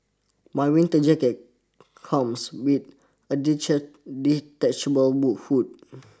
my winter jacket comes with a detach detachable hood